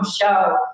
show